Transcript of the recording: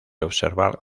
observar